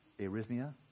arrhythmia